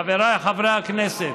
חבריי חברי הכנסת,